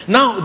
Now